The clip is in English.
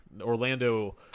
Orlando